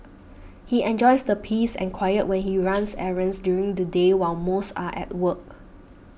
he enjoys the peace and quiet when you runs errands during the day while most are at work